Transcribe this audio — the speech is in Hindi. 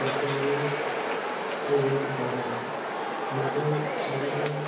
करते हैं तो ये ग़लत है उन को सभी को